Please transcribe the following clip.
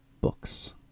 Books